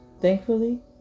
Thankfully